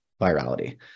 virality